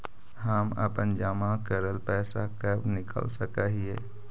हम अपन जमा करल पैसा कब निकाल सक हिय?